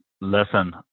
lesson